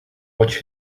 watch